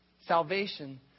Salvation